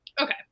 Okay